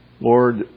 Lord